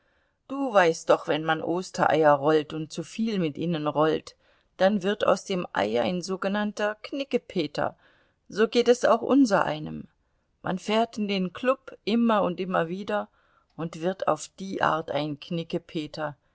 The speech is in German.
du weißt doch wenn man ostereier rollt und zuviel mit ihnen rollt dann wird aus dem ei ein sogenannter knickepeter so geht es auch unsereinem man fährt in den klub immer und immer wieder und wird auf die art ein